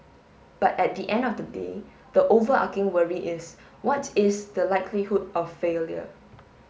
but at the end of the day the overarching worry is what is the likelihood of failure